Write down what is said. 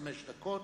חמש דקות,